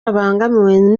babangamiwe